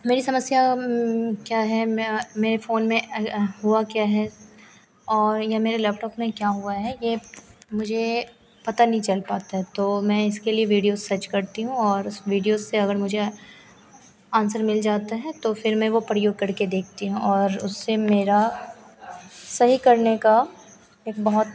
मेरी समस्या क्या है मैं मेरे फ़ोन में हुआ क्या है और या मेरे लैपटॉप में क्या हुआ है यह मुझे पता नहीं चल पाता है तो मैं इसके लिए वीडियो सर्च करती हूँ और उस वीडियोज़ से अगर मुझे आन्सर मिल जाता है तो फिर मैं वह प्रयोग करके देखती हूँ और उससे मेरा सही करने का एक बहुत